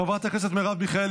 חברת הכנסת נעמה לזימי,